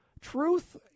Truth